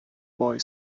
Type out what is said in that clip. boy